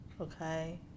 okay